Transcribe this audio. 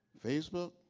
facebook?